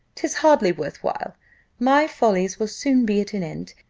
tis hardly worth while my follies will soon be at an end.